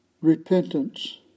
repentance